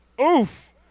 Oof